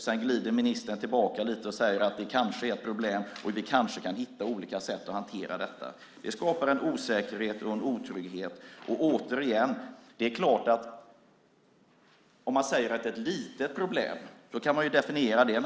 Sedan glider ministern tillbaka lite grann och säger att det kanske är ett problem och att vi kanske kan hitta olika sätt att hantera detta. Det skapar en osäkerhet och en otrygghet. Återigen: Det är klart att om man säger att det är ett litet problem kan man naturligtvis definiera det.